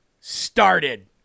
started